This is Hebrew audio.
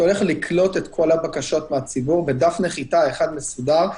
שהולך לקלוט את כל הבקשות מהציבור בדף נחיתה אחד מסודר,